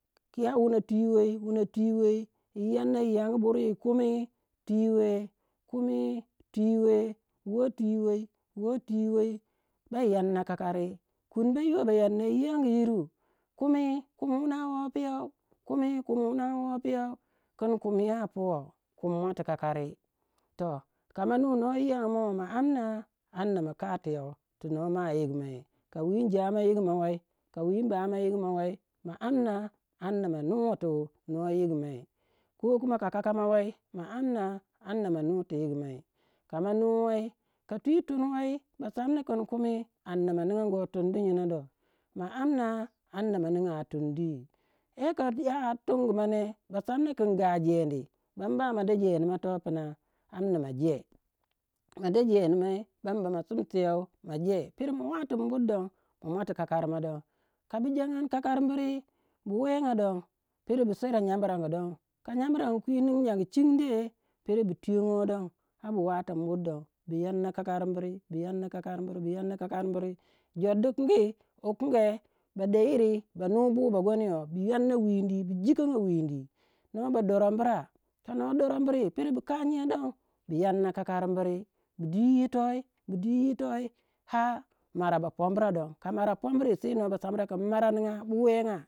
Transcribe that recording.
kiya wuna twi wei yi yanna yiyang buru, yi kumi twi we, kumi twi wei, woh twi wei, woh twi wei ba yanna kakari. Kunba yiwa ba yanna yiyangu yiru, kumi, kumi wuna wopiau, kumi wuna wo pieu, kin kumi ya pou kumi muati kakari to kama nuyi noh yiyayangu mou ma amna, amna ma ka tiyau ti noma yigumou ka wi njamoh yigumau wei, ka wi mbamo yigumau wei ma amna amna ma nuwei tu no yigumai. Kuwe kaka moh wei ma amna amna ma nuwe ti yigumai ka ma nuwe, ka twi tum wei ba samna kin kume amna ningangou tum di nyina dor ma amna amma ninga tundi. Eh ka ya ar tumgumau ne ba samna kin ga jendi bam ba ma de jendi ma toh pna amna mou je. Ma de jendi mai bam ba ma simseu ma je pere ma watin bur don ma muati kakari ma don. Ka bu jangandi kakari buri bu wenga don pero bu swera nyambrangu don ka nyamrangu kwi ningi nyangu chinde pero bu tuyongo don bu watin bur don bu yanna kakari buri, bu yanna kakari buri, bu yanna kakari buri. Jor dikingi wukunge ba de yiri ba nubu bagonyo, bu yanna windi, bu jikongo windi, noh ba dorambura, ka noh doran buri pero bu kanyei don bu yanna kakari buri bu dwi yitoi bu dui yitoi har mara ba pombra don. Ka mara pombri sei noh ba sambra kin marau ninga bu wenga.